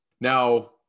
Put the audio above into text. Now